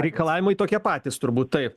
reikalavimai tokie patys turbūt taip